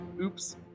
Oops